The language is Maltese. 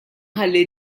ħalli